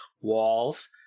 walls